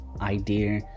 idea